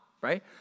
right